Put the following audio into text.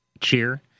cheer